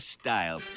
style